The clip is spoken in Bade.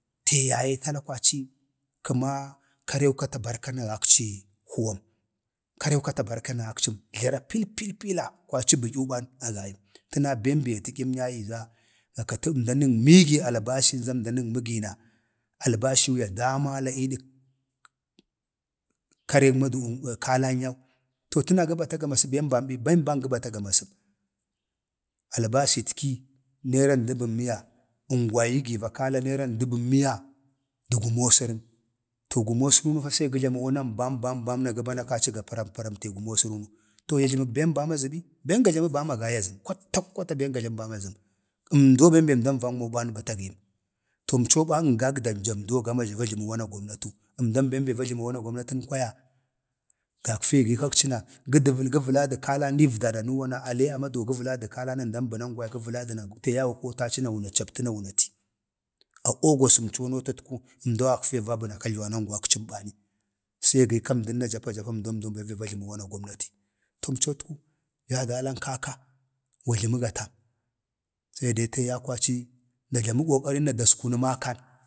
﻿tee ya ye kəma aci karew kəma kata barkan agakci huwam karew kata barkan agakcəm jləra pil pil pila. kwaci bədyu ba agayəm təna bem be ya tədyi iimnyayi zada katə əmdan ən məgi albashin za əmdan ənməgi na albashiw ya damala ii dək karen -maduwa ii kalan yau to təna gə bata ga masə ben bam bi? bem bam gə bata ga masəm, albasitki neran dəban miya, əngwai yi gi va kala nera dəbən miya dəg gumosərən, to gumosərənu fa se gə jlama wanan bambam na kwaci gəba naga paramte gumosərənu, to ya jləməg bem bam ya jləmə bi? bem bam ga jlamə agai azəm kwata kwata ben ga jlamə bam azəm. 3mdoo be əmdau vanmoo bani batagim to əmco bani əngagda jamdo va jləməg wanag gomnatiw əmdən be a jləmə wanag gomnatəm kwaya gakfe gii kakci na gə vəlaadə kalan iivda nanuuwa na, ale avda na əmdan bənəngwai gə vəla duna tee ya ye gə kotaci na wuna capti na wuna ti. a ogusumco nootutku əmdo gakfe va bənak kajluwan an gwakcəm gadə se giika əmdan be gii ka va wanag gomnati. to əmcotku, jaa dalan kaka, wajləmə gatam, se de kaka aci da jlamə kokari na daskunə makan,